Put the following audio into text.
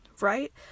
Right